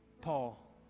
Paul